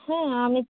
হ্যাঁ আমি